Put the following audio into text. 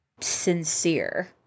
sincere